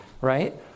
Right